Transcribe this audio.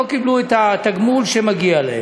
לא קיבלו את התגמול שמגיע להם.